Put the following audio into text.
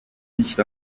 nicht